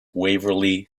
waverly